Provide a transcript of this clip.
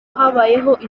habayeho